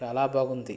చాలా బాగుంది